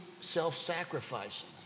self-sacrificing